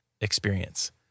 experience